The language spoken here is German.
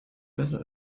besser